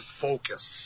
focus